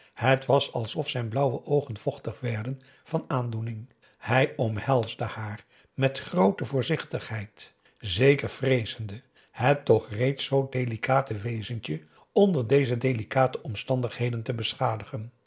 het was alsof zijn blauwe oogen vochtig werden van aandoening hij omhelsde haar met groote voorzichtigheid zeker vreezende het toch reeds zoo delicate wezentje onder deze delicate omstandigheden te beschadigen